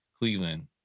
Cleveland